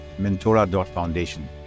mentora.foundation